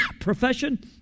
profession